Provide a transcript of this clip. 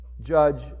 judge